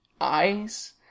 eyes